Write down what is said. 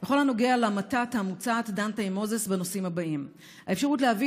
"בכל הנוגע למתת המוצעת דנת עם מוזס בנושאים הבאים: האפשרות להביא